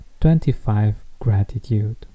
25GRATITUDE